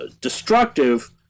destructive